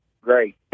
great